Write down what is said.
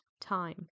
time